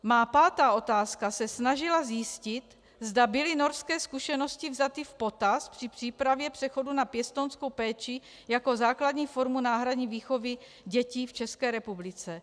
Má pátá otázka se snažila zjistit, zda byly norské zkušenosti vzaty v potaz při přípravě přechodu na pěstounskou péči jako základní formu náhradní formy výchovy dětí v České republice.